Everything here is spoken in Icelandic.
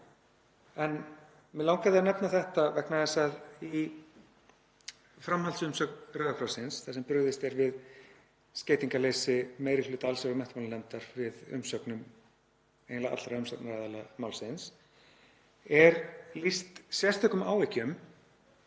Mig langaði að nefna þetta vegna þess að í framhaldsumsögn Rauða krossins, þar sem brugðist er við skeytingarleysi meiri hluta allsherjar- og menntamálanefndar við umsögnum svo til allra umsagnaraðila málsins, er lýst sérstökum áhyggjum